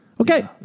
Okay